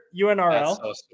UNRL